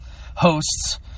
hosts